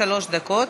שלוש דקות